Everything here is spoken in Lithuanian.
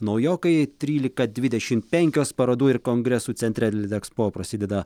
naujokai trylika dvidešimt penkios parodų ir kongresų centre litexpo prasideda